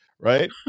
Right